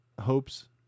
hopes